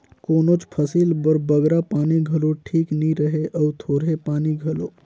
कोनोच फसिल बर बगरा पानी घलो ठीक नी रहें अउ थोरहें पानी घलो